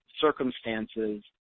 circumstances